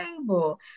table